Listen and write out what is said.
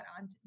on